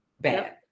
bad